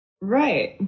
Right